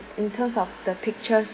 in terms of the pictures